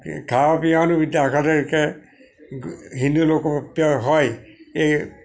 કે ખાવા પીવાનું વિચાર કરે કે હિન્દુ લોકો પ્યોર હોય એ